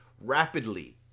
rapidly